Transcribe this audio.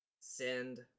send